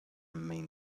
mean